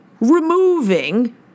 removing